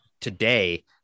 today